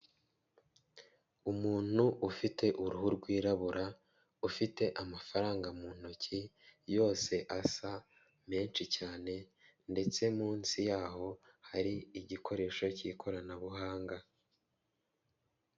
Umuntu ufite uruhu rwirabura, ufite amafaranga mu ntoki, yose asa, menshi cyane, ndetse munsi y'aho hari igikoresho cy'ikoranabuhanga.